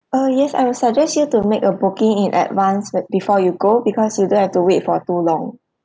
uh yes I will suggest you to make a booking in advance when before you go because you don't have to wait for too long